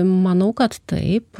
manau kad taip